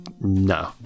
no